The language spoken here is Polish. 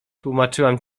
tłumaczyłam